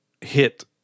hit